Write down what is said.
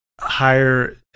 Higher